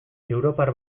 europar